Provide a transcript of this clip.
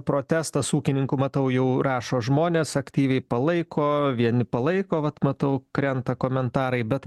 protestas ūkininkų matau jau rašo žmonės aktyviai palaiko vieni palaiko vat matau krenta komentarai bet